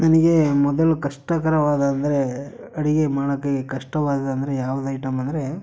ನನಗೆ ಮೊದಲು ಕಷ್ಟಕರವಾದ ಅಂದರೆ ಅಡಿಗೆ ಮಾಡೋಕ್ಕೆ ಕಷ್ಟವಾದ ಅಂದರೆ ಯಾವ್ದು ಐಟೆಮ್ ಅಂದರೆ